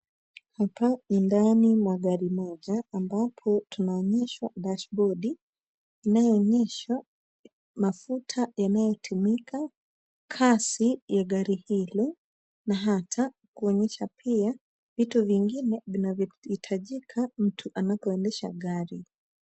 Hapa ni ndani mwa gari moja ambapo tunaonyeshwa dashibodi inayoonyesha mafuta yanayotumika, kasi ya gari hilo na hata kuonyesha pia vitu vingine vinavyo hitajika mtu anapoendesha gari.